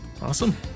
Awesome